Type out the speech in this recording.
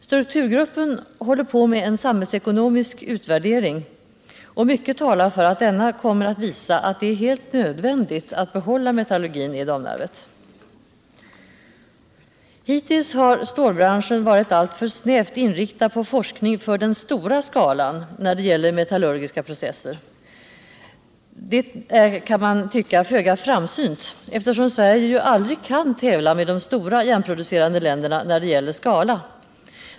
Strukturgruppen håller på med en samhällsekonomisk utvärdering, och mycket talar för att denna kommer att visa att det är helt nödvändigt att behålla metallurgin i Domnarvet. Stålbranschen har hittills varit alltför snävt inriktad på forskning för den stora skalan när det gäller metallurgiska processer. Detta är, kan man tycka, föga framsynt, eftersom Sverige ju aldrig kan tävla med de stora järnproducerande länderna när det gäller skala.